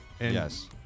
Yes